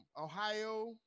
Ohio